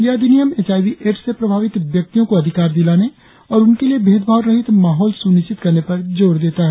यह अधिनियम H I V AIDS से प्रभावित व्यक्तियों को अधिकार दिलाने और उनके लिए भेदभाव रहित माहौल सुनिश्चित करने पर जोर देता है